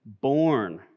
born